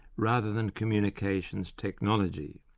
rather than communications technology.